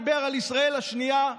דיבר על ישראל השנייה.